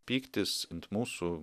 pyktis ant mūsų